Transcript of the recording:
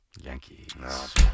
Yankees